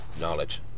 knowledge